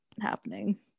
happening